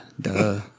duh